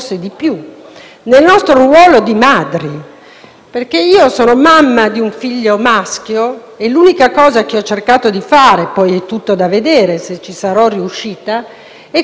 di madri. Sono mamma di un figlio maschio e l'unica cosa che ho cercato di fare - poi è tutto da vedere se ci sarò riuscita - è quella di educare mio figlio all'amore.